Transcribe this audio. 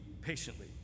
patiently